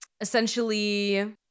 Essentially